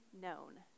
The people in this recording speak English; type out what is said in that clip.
known